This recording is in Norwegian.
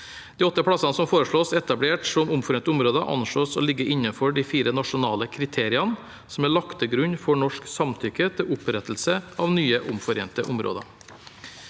De åtte plassene som foreslås etablert som omforente områder, anslås å ligge innenfor de fire nasjonale kriteriene som er lagt til grunn for norsk samtykke til opprettelse av nye omforente områder.